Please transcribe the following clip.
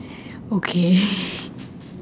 okay